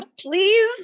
Please